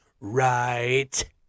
right